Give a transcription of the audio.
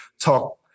talk